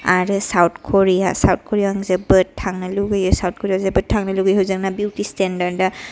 आरो South Korea South करियायाव आं जोबोद थांनो लुगैयो साउथ क'रिया जोबोद थांनो लुगैयो होजोंना बियुटि स्टैंडार्डा